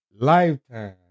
Lifetime